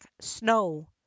Snow